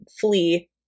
flee